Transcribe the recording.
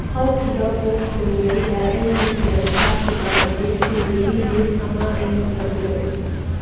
ꯍꯧꯈꯤꯕ ꯄꯨꯡ ꯀꯨꯟꯃꯔꯤꯗ ꯑꯩꯅ ꯁꯦꯜ ꯊꯥꯈꯤꯕ ꯀꯟꯇꯦꯛꯁꯤꯡꯗꯨꯒꯤ ꯂꯤꯁ ꯑꯃ ꯑꯩꯉꯣꯟꯗ ꯄꯤꯔꯛꯎ